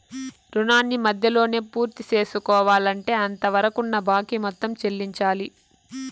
రుణాన్ని మధ్యలోనే పూర్తిసేసుకోవాలంటే అంతవరకున్న బాకీ మొత్తం చెల్లించాలి